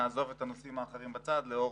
נעזוב את הנושאים האחרים בצד לאור